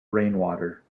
rainwater